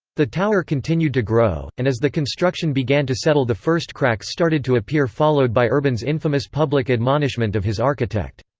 the tower continued to grow, and as the construction began to settle the first cracks started to appear followed by urban's infamous public admonishment of his architect.